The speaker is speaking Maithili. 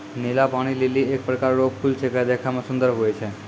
नीला पानी लीली एक प्रकार रो फूल छेकै देखै मे सुन्दर हुवै छै